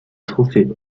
trophée